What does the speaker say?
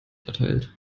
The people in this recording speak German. erteilt